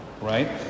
right